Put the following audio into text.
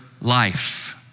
life